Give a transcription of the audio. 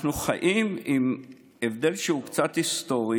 אנחנו חיים עם הבדל שהוא קצת היסטורי